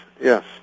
yes